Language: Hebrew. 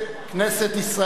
כנסת ישראל.